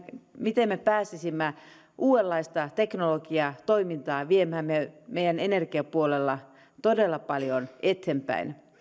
miten me pääsisimme uudenlaista teknologiaa ja toimintaa viemään meidän meidän energiapuolella todella paljon eteenpäin